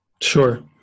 Sure